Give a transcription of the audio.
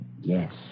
Yes